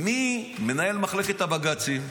מי מנהל מחלקת הבג"צים?